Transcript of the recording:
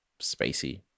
spacey